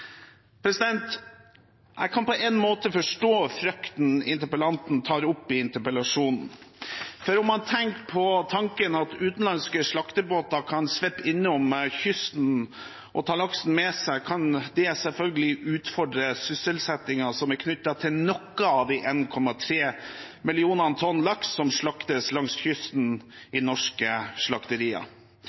Jeg kan på en måte forstå frykten interpellanten tar opp i interpellasjonen. Om man tenker tanken at utenlandske slaktebåter kan svippe innom kysten og ta laksen med seg, vil det selvfølgelig kunne utfordre sysselsettingen som er knyttet til noen av de 1,3 millionene tonn laks som slaktes langs kysten i norske slakterier.